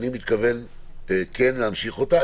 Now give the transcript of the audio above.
אני מתכוון להמשיך אותה.